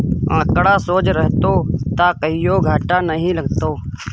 आंकड़ा सोझ रहतौ त कहियो घाटा नहि लागतौ